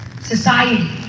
society